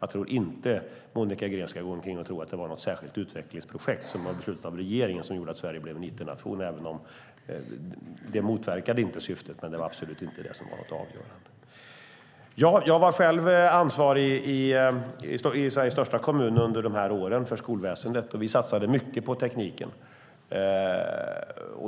Jag tror inte att Monica Green ska gå omkring och tro att det var något särskilt utvecklingsprojekt som var beslutat av regeringen som gjorde att Sverige blev en it-nation, även om det inte motverkade syftet. Men det var absolut inte det som var avgörande. Jag var själv ansvarig för skolväsendet i Sveriges största kommun under de här åren. Vi satsade mycket på tekniken.